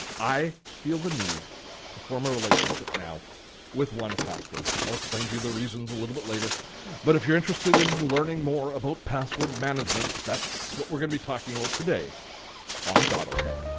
i feel the need to form a relationship now with one password. i'll explain to you the reasons a little bit later but if you're interested in learning more about password management, that's what we're going to be talking about today on dottotech.